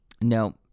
No